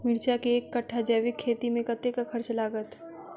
मिर्चा केँ एक कट्ठा जैविक खेती मे कतेक खर्च लागत?